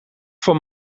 van